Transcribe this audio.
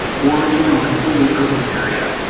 or even a completely urban area.